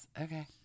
Okay